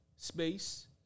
Space